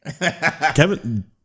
Kevin